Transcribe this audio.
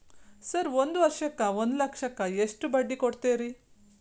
Sir ಒಂದು ವರ್ಷಕ್ಕ ಒಂದು ಲಕ್ಷಕ್ಕ ಎಷ್ಟು ಬಡ್ಡಿ ಕೊಡ್ತೇರಿ?